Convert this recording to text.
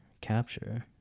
Capture